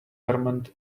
ferment